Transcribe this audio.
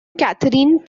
catherine